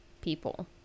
people